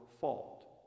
fault